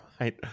Right